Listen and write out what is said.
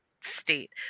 state